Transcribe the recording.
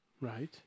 Right